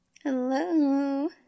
Hello